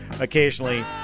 occasionally